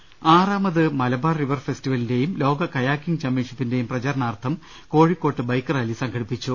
് ആറാമത് മലബാർ റിവർ ഫെസ്റ്റിവെലിന്റെയും ലോക കയാ ക്കിംഗ് ചാമ്പ്യൻഷിപ്പിന്റെയും പ്രചരണാർത്ഥം കോഴിക്കോട്ട് ബൈക്ക് റാലി സംഘടിപ്പിച്ചു